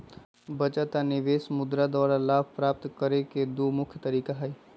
बचत आऽ निवेश मुद्रा द्वारा लाभ प्राप्त करेके दू मुख्य तरीका हई